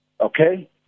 Okay